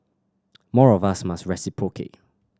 more of us must reciprocate